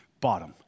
bottom